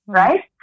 right